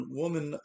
woman